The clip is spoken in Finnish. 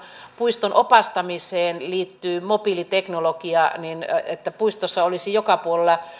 puiston opastamiseen liittyy mobiiliteknologiaa että puistossa olisi joka puolella